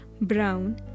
brown